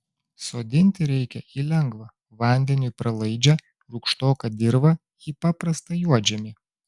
sodinti reikia į lengvą vandeniui pralaidžią rūgštoką dirvą į paprastą juodžemį